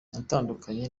natandukanye